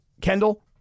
Kendall